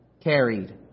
carried